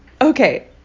Okay